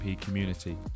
community